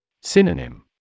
Synonym